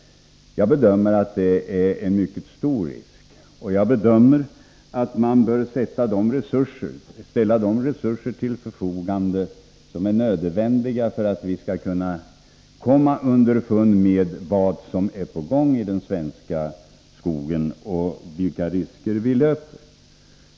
Jag bedömer det som en mycket stor risk. Jag gör den bedömningen att man bör ställa de resurser till förfogande som är nödvändiga för att vi skall kunna komma underfund med vad som är på gång i den svenska skogen och vilka risker vi löper.